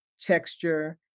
texture